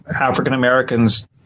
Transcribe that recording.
African-Americans –